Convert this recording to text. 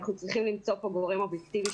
אנחנו צריכים למצוא כאן גורם אובייקטיבי.